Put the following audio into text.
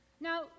Now